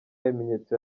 bimenyetso